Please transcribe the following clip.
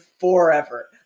forever